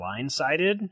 blindsided